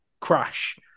crash